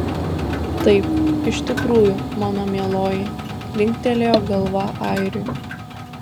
taip iš tikrųjų mano mieloji linktelėjo galva airiui